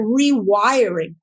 rewiring